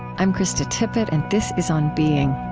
i'm krista tippett, and this is on being